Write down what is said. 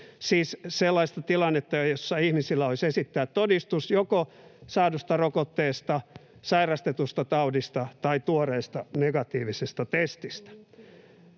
siis sellaista tilannetta, jossa ihmisillä olisi esittää todistus joko saadusta rokotteesta, sairastetusta taudista tai tuoreesta negatiivisesta testistä.